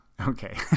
Okay